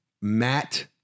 Matt